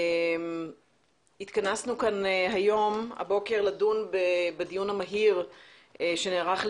התכנסנו כאן הבוקר לדון בדיון המהיר שנערך,